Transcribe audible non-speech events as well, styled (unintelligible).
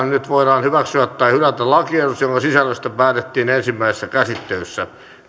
(unintelligible) nyt voidaan hyväksyä tai hylätä lakiehdotus jonka sisällöstä päätettiin ensimmäisessä käsittelyssä